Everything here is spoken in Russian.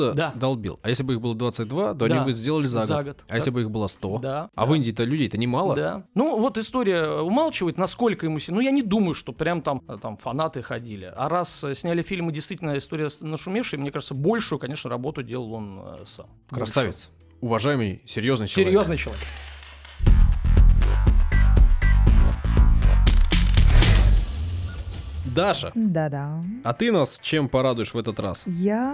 Да. долбил. А если бы их было 22, то Да. они бы сделали за За год. год, А так. если бы их было 100? Да, А в да. Индии-то людей-то немало. Да. Ну, вот история умалчивает, насколько ему сил- ну, я не думаю, что прям там, э, там фанаты ходили. А раз, э, сняли фильм, и действительно история с- нашумевшая, мне кажется, большую, конечно, работу делал он, э, сам. Красавец. Большую. Уважаемый, серьезный человек. Серьезный человек. Даша, Да-да. а ты нас чем порадуешь в этот раз? Я